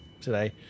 today